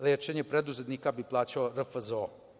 Lečenje preduzetnika bi plaćao RFZO.